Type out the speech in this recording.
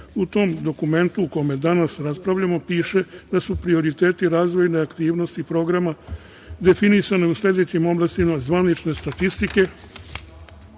U tom dokumentu o kome danas raspravljamo, piše da su prioriteti razvojne aktivnosti i programa definisane u sledećim oblastima zvanične statistike,